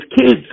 kids